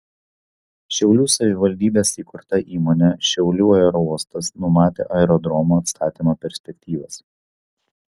šiaulių savivaldybės įkurta įmonė šiaulių aerouostas numatė aerodromo atstatymo perspektyvas